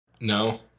no